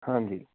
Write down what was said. ਹਾਂਜੀ